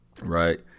right